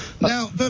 Now